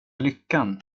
lyckan